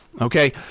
Okay